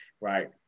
right